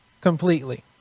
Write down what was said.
completely